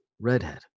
redhead